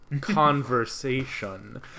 conversation